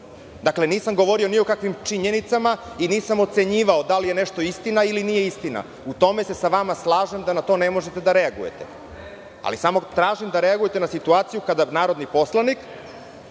nisam govorio ni o kakvim činjenicama i nisam ocenjivao da li je nešto istina ili nije istina. U tome se sa vama slažem, da na to ne možete da reagujete, ali samo tražim da reagujete na situaciju kada narodni poslanik